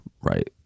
right